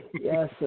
Yes